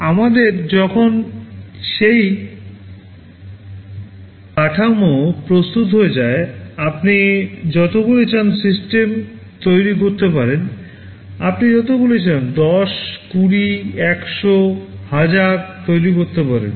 আমাদের যখন সেই কাঠামো প্রস্তুত হয়ে যায় আপনি যতগুলি চান সিস্টেম তৈরি করতে পারেন আপনি যতগুলি চান 10 20 100 1000 তৈরি করতে পারেন